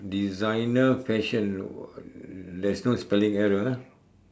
designer fashion there's no spelling error ah